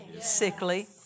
sickly